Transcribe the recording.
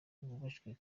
wubashywe